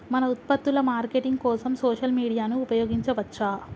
మన ఉత్పత్తుల మార్కెటింగ్ కోసం సోషల్ మీడియాను ఉపయోగించవచ్చా?